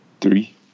three